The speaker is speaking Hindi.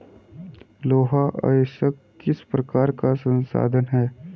लौह अयस्क किस प्रकार का संसाधन है?